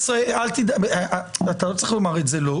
אתה לא צריך לומר את זה לו,